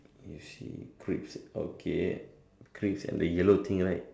you see creeps okay creeps and the yellow thing right